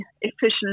efficient